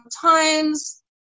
times